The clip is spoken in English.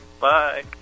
bye